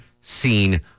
seen